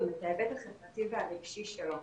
גם את ההיבט החברתי והרגשי שלו.